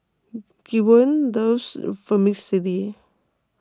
Gwen loves Vermicelli